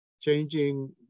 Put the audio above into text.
changing